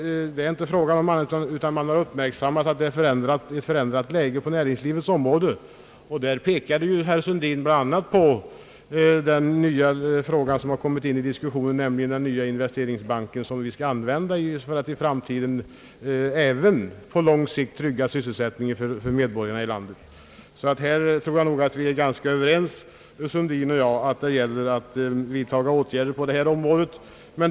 Det är inte fråga om annat än att det förändrade läget på näringslivets område ägnas uppmärksamhet. Herr Sundin pekade bl.a. på en fråga som har kommit in i bilden, nämligen inrättandet av en investeringsbank, som vi skall använda för att i framtiden, alltså även på lång sikt, trygga sysselsättningen för medborgarna. Jag tror nog herr Sundin och jag är överens om att det gäller att vidta åtgärder på detta område.